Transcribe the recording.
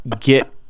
get